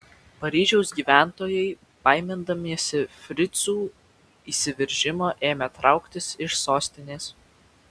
paryžiaus gyventojai baimindamiesi fricų įsiveržimo ėmė trauktis iš sostinės